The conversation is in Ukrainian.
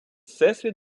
всесвіт